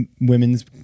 women's